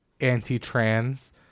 anti-trans